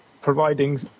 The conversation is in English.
providing